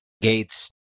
Gates